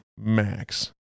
max